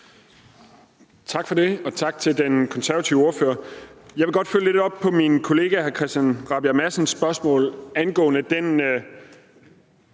Tak for det, og tak til den konservative ordfører. Jeg vil godt følge lidt op på min kollega hr. Christian Rabjerg Madsens spørgsmål angående den